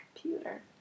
computer